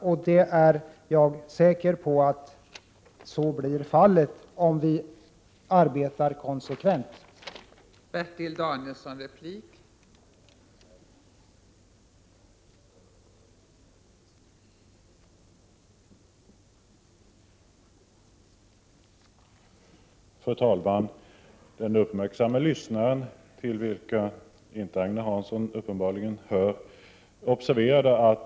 Jag är säker på att det blir så om vi i centern fortsätter arbeta konsekvent utan att ge oss.